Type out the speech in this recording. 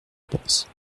pense